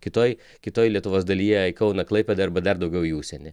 kitoj kitoj lietuvos dalyje į kauną klaipėdą arba dar daugiau į užsienį